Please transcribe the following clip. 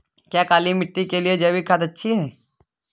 क्या काली मिट्टी के लिए जैविक खाद अच्छी है?